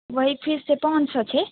वही फीस छै पाँच सए छै